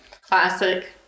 Classic